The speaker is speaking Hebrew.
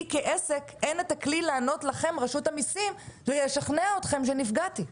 כעסק אין את הכלי לענות לכם רשות המיסים ולשכנע אתכם שנפגעתי.